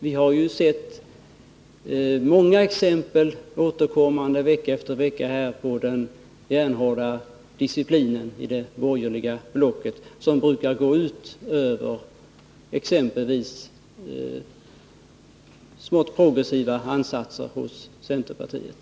Vi har ju vecka efter vecka fått se många exempel på att den järnhårda disciplinen i det borgerliga blocket gått ut exempelvis över de smått progressiva ansatser som kan finnas hos centerpartiet.